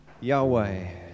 Yahweh